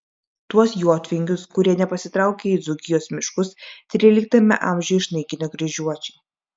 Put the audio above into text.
tuos jotvingius kurie nepasitraukė į dzūkijos miškus tryliktame amžiuje išnaikino kryžiuočiai